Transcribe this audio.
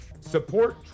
Support